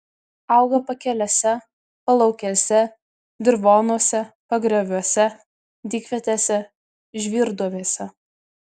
auga pakelėse palaukėse dirvonuose pagrioviuose dykvietėse žvyrduobėse